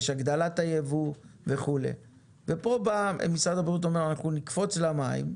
יש הגדלת היבוא וכולי וכאן בא משרד הבריאות ואומר שאנחנו נקפוץ למים,